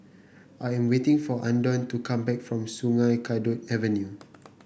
I am waiting for Andon to come back from Sungei Kadut Avenue